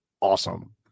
awesome